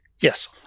Yes